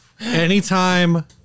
anytime